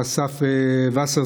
מר אסף וסרצוג,